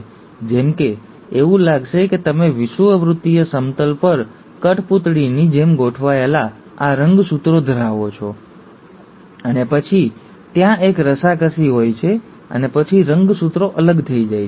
જેમ કે એવું લાગશે કે તમે વિષુવવૃત્તીય સમતલ પર કઠપૂતળીની જેમ ગોઠવાયેલા આ રંગસૂત્રો ધરાવો છો અને પછી ત્યાં એક રસાકસી હોય છે અને પછી રંગસૂત્રો અલગ થઈ જાય છે